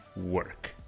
work